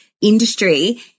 industry